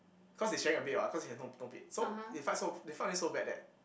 cause he's sharing a bed what cause he has no no bed so it fight so they fight until so bad that